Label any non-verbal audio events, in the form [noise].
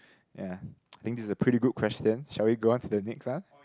ya [noise] I think this is a pretty good question shall we go on to the next one